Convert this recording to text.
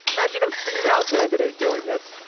imagine a female candidate doing this.